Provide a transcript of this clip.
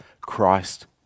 Christ